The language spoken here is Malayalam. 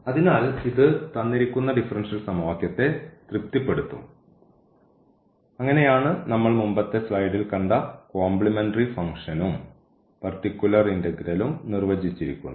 അതിനാൽ ഇത് തന്നിരിക്കുന്ന ഡിഫറൻഷ്യൽ സമവാക്യത്തെ തൃപ്തിപ്പെടുത്തും അങ്ങനെയാണ് നമ്മൾ മുമ്പത്തെ സ്ലൈഡിൽ കണ്ട കോംപ്ലിമെന്ററി ഫംഗ്ഷനും പർട്ടിക്കുലർ ഇന്റഗ്രലും നിർവചിച്ചിരിക്കുന്നത്